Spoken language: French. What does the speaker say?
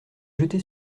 jeté